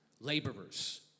Laborers